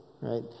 right